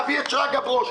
תביא את שרגא ברוש,